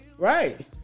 Right